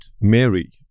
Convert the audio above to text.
Mary